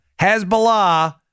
Hezbollah